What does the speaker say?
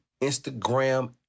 Instagram